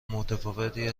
متفاوتی